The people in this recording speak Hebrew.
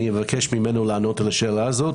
אני אבקש ממנו לענות על השאלה הזו,